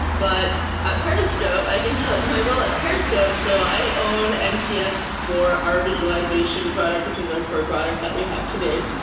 but at periscope, i can tell my role at periscope. so i own nps for our visualization product, which is our core product that we have today.